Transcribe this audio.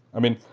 i mean,